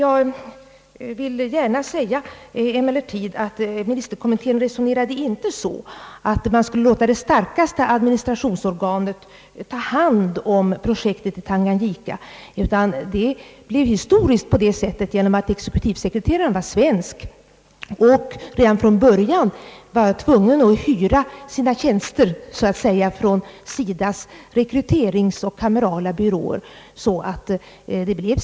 Emellertid resonerade inte ministerkommittén såsom herr Holmberg trodde, att man skulle låta det starkaste administrationsorganet ta hand om projektet i Tanganyika, utan det utvecklade sig s. a. s. historiskt på det sättet, att SIDA fick uppgiften därför att exekutivsekreteraren var svensk och redan från början har varit beroende av att »hyra» olika tjänster från SIDA — rekryteringsoch kamerala tjänster.